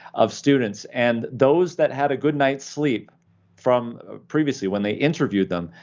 of students, and those that had a good night's sleep from previously when they interviewed them,